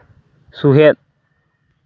ᱥᱚᱦᱮᱫ